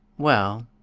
well,